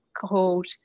called